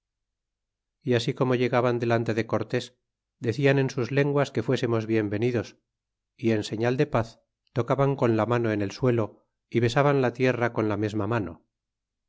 y así como llegaban delante de cortés decian en sus lenguas que fuésemos bien venidos y en serial de paz tocaban con la mano en el suelo y besaban la tierra con la mesma mano